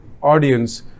audience